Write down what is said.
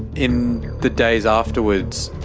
in the days afterwards,